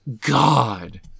God